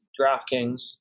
DraftKings